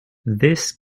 this